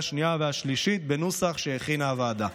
השנייה ובקריאה השלישית בנוסח שהכינה הוועדה.